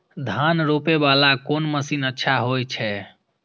धान रोपे वाला कोन मशीन अच्छा होय छे?